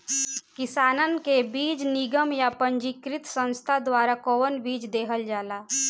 किसानन के बीज निगम या पंजीकृत संस्था द्वारा कवन बीज देहल जाला?